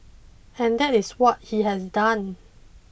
and that is what he has done